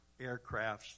aircrafts